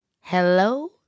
Hello